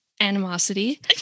Animosity